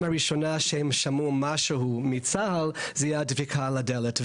הראשונה שהם שמעו משהו מצה"ל זה היה דפיקה על הדלת.